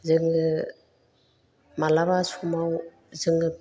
जोङो मालाबा समाव जोङो